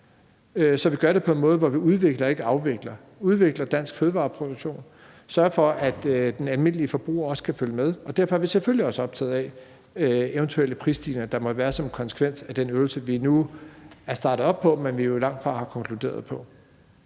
så vi gør det på en måde, hvor vi udvikler og ikke afvikler, altså at vi udvikler dansk fødevareproduktion og sørger for, at den almindelige forbruger også kan følge med. Derfor er vi selvfølgelig også optaget af eventuelle prisstigninger, der måtte være som en konsekvens af den øvelse, som vi nu er startet op på, men som vi jo langtfra har konkluderet på.